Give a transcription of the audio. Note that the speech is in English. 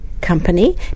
company